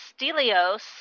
Stelios